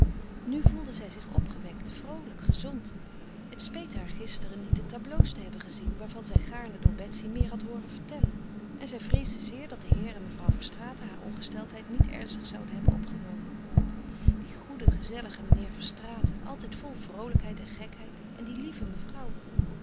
nu voelde zij zich opgewekt vroolijk gezond het speet haar gisteren niet de tableaux te hebben gezien waarvan zij gaarne door betsy meer had hooren vertellen en zij vreesde zeer dat de heer en mevrouw verstraeten haar ongesteldheid niet ernstig zouden hebben opgenomen die goede gezellige meneer verstraeten altijd vol vroolijkheid en gekheid en die lieve mevrouw